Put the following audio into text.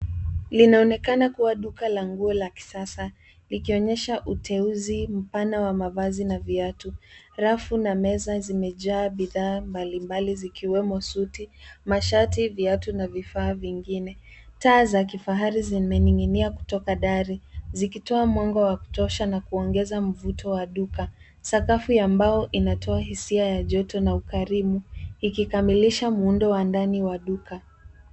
Linaonekana kuwa duka la nguo la kisasa, likionyesha uteuzi mpana wa mavazi na viatu. Rafu na meza zimejaa bidhaa mbalimbali zikiwemo suti, mashati, viatu na vifaa vingine. Taa za kifahari zimening'inia kutoka dari zikitoa mwanga wa kutosha na kuongeza mvuto wa duka. Sakafu ya mbao inatoa hisia ya joto na ukarimu, ikikamilisha muundo wa ndani wa duka.